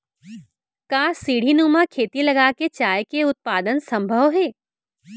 का सीढ़ीनुमा खेती लगा के चाय के उत्पादन सम्भव हे?